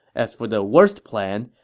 as for the worst plan,